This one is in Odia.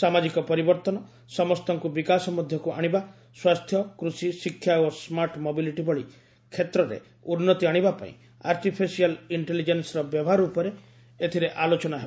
ସାମାଜିକ ପରିବର୍ତ୍ତନ ସମସ୍ତଙ୍କୁ ବିକାଶ ମଧ୍ୟକୁ ଆଶିବା ସ୍ୱାସ୍ଥ୍ୟ କୃଷି ଶିକ୍ଷା ଓ ସ୍କାର୍ଟ ମୋବିଲିଟି ଭଳି କ୍ଷେତ୍ରରେ ଉନ୍ନତି ଆଶିବା ପାଇଁ ଆର୍ଟିପିସିଆର୍ ଇଷ୍ଟେଲିଜେନ୍ବର ବ୍ୟବହାର ଉପରେ ଏଥିରେ ଆଲୋଚନା ହେବ